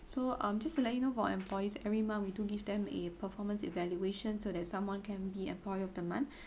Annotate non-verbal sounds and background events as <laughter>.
so um just to let you know for employees every month we do give them a performance evaluation so that someone can be employee of the month <breath>